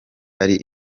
ari